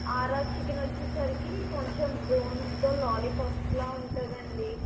RR chicken వచ్చేసరికి కొంచెం బోన్స్తో లాలీపాప్స్లాగా ఉంటుందండీ